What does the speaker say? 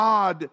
God